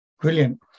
Brilliant